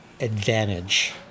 advantage